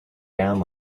down